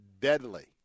deadly